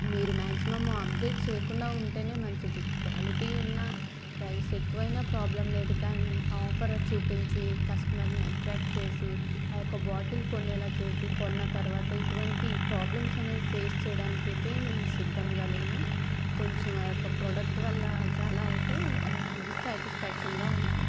మీరు maximum update చేయకుండా ఉంటేనే మంచిది క్వాలిటీ ఉన్నా ప్రైస్ ఎక్కువ అయినా ప్రాబ్లం లేదు కానీ ఆఫర్ చూపించి కస్టమర్ని అట్ట్రాక్ట్ చేసి ఆ యొక బాటిల్ కొనేలా చేసి కొన్న తర్వాత ఇటువంటి ప్రాబ్లమ్స్ అనేవి ఫేస్ చేయడానికి అయితే మేము సిద్ధంగా లేము కొంచెం ఆ యొక ప్రొడక్ట్ వల్ల చాలా అయితే డిశాటిస్ఫాక్షన్గా ఉన్నాను